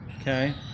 okay